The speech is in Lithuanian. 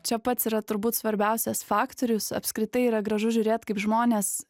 čia pats yra turbūt svarbiausias faktorius apskritai yra gražu žiūrėt kaip žmonės